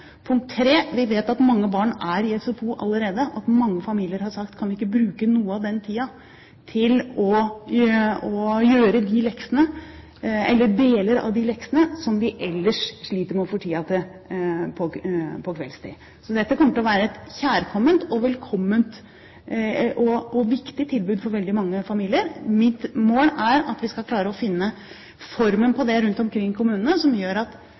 Vi vet at mange barn er i SFO allerede, og at mange familier har sagt: Kan de ikke bruke noe av den tida til å gjøre de leksene eller deler av de leksene som de ellers sliter med å få tid til på kveldstid? Dette kommer til å være et kjærkomment og viktig tilbud for veldig mange familier. Mitt mål er at vi skal klare å finne formen på det rundt omkring i kommunene som gjør at